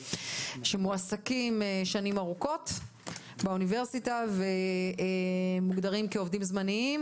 מועסקים שנים ארוכות באוניברסיטה ומוגדרים כעובדים זמניים,